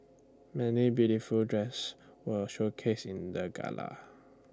many beautiful dresses were showcased in the gala